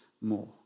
more